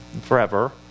forever